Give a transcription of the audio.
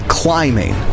climbing